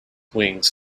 wings